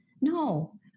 No